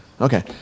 Okay